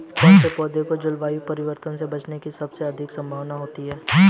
कौन से पौधे को जलवायु परिवर्तन से बचने की सबसे अधिक संभावना होती है?